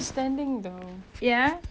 so I think my dish